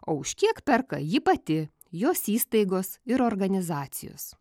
o už kiek perka ji pati jos įstaigos ir organizacijos